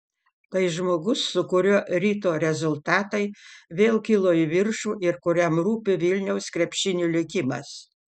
tai žmogus su kuriuo ryto rezultatai vėl kilo į viršų ir kuriam rūpi vilniaus krepšinio likimas